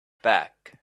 back